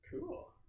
Cool